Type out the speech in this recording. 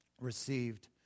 received